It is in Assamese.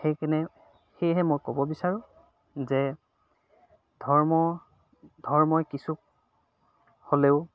সেইকাৰণে সেয়েহে মই ক'ব বিচাৰোঁ যে ধৰ্ম ধৰ্মই কিছু হ'লেও